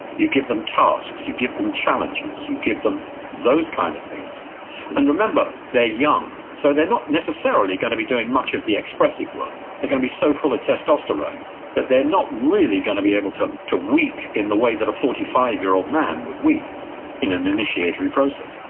you give them tasks, you give them challenges, you give them those kind of things and remember, they're young, so they're not necessarily going to be doing much of the expressive work. they're going to be so full of testosterone that they're not really going to be able to to weep in the way that a forty five year old man would weep in an initiatory process.